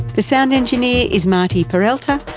the sound engineer is martin peralta.